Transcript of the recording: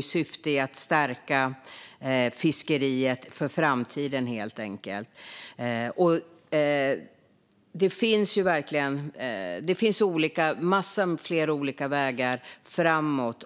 Syftet är helt enkelt att stärka fiskeriet för framtiden. Det finns flera olika vägar framåt.